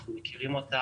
אנחנו מכירים אותן